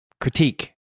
critique